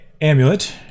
Amulet